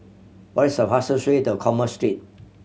what is the fastest way to Commerce Street